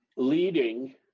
leading